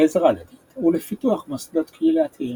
לעזרה הדדית ולפיתוח מוסדות קהילתיים.